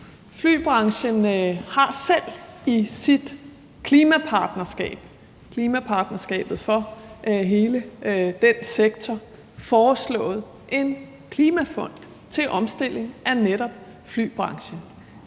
Flybranchen har selv i sit klimapartnerskab, klimapartnerskabet for hele den sektor, foreslået en klimafond til omstilling af netop flybranchen.